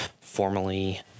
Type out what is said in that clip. formally